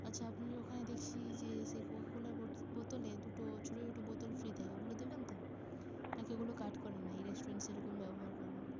আচ্ছা আপনাদের ওখানে দেখছি যে সেই কোকাকোলার বোতলে দুটো ছোট ছোট বোতল ফ্রি দেয় ওগুলো দেবেন তো না কি ওগুলো কাট করে না এই রেস্টুরেন্ট সেরকমই ব্যবহার করবেন